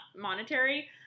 monetary